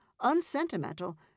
unsentimental